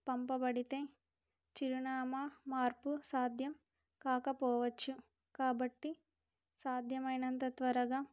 పంపబడితే చిరునామా మార్పు సాధ్యం కాకపోవచ్చు కాబట్టి సాధ్యమైనంత త్వరగా